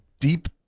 deep